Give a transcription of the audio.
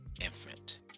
infant